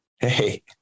Hey